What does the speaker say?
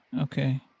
Okay